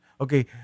okay